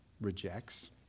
rejects